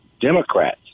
Democrats